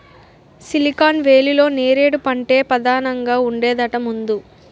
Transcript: silicon వేలీలో నేరేడు పంటే పదానంగా ఉండేదట ముందు